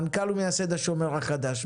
מנכ"ל ומייסד השומר החדש,